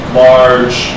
large